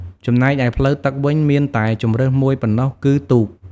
ចំណែកឯផ្លូវទឹកវិញ មានតែជម្រើសមួយប៉ុណ្ណោះគឺទូក។